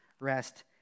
rest